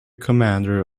commander